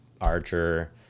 archer